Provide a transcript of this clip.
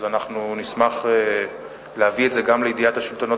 אז אנחנו נשמח להביא את זה לידיעת השלטונות